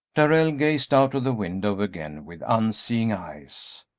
darrell gazed out of the window again with unseeing eyes.